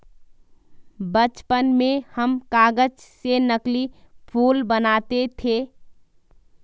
बचपन में हम कागज से नकली फूल बनाते थे